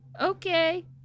Okay